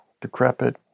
decrepit